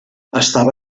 estava